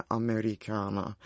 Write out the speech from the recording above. americana